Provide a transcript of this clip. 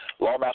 Lawmaster